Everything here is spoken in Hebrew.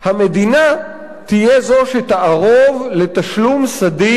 המדינה תהיה זו שתערוב לתשלום סדיר